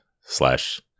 slash